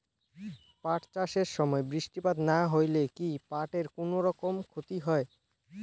পাট চাষ এর সময় বৃষ্টিপাত না হইলে কি পাট এর কুনোরকম ক্ষতি হয়?